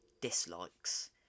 dislikes